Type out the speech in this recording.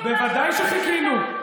בוודאי שחיכינו.